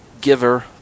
giver